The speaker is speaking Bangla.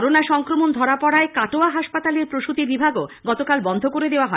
করোনা সংক্রমণ ধরা পড়ায় কাটোয়া হাসপাতালের প্রসৃতি বিভাগও গতকাল বন্ধ করে দেওয়া হয়